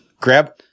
Grab